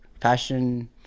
fashion